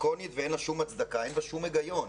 אין לה שום הצדקה ואין בה שום הגיון.